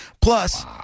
Plus